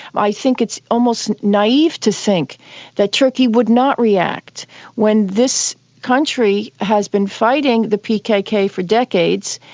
i think it's almost naive to think that turkey would not react when this country has been fighting the pkk for decades,